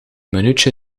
minuutje